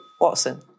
Watson